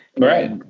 Right